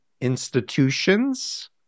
institutions